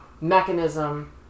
mechanism